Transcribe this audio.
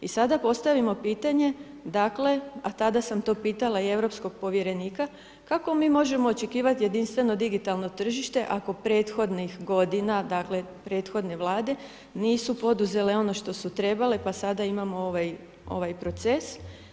I sada postavimo pitanje, dakle a tada sam to pitala i europskog povjerenika kako mi možemo očekivati jedinstveno digitalno tržište ako prethodnih godina, dakle prethodne Vlade nisu poduzele ono što su trebale pa sada imamo ovaj proces.